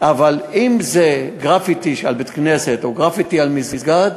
אבל אם זה גרפיטי על בית-כנסת או גרפיטי על מסגד,